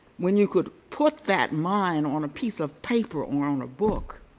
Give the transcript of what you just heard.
when you could put that mind on a piece of paper or on a book,